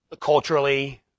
culturally